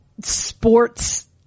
sports